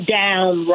down